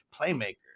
playmaker